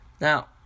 Now